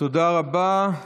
תודה רבה.